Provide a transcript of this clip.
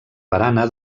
barana